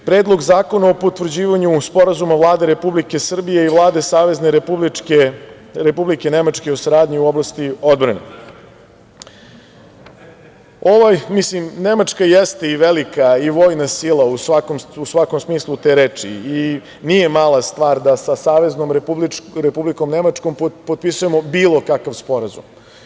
Predlog zakona o potvrđivanju Sporazuma Vlade Republike Srbije i Vlade Savezne Republike Nemačke o saradnji u oblasti odbrane – Nemačka jeste velika i vojna sila u svakom smislu te reči i nije mala stvar da sa Saveznom Republikom Nemačkom potpisujemo bilo kakav sporazum.